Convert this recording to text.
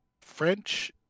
French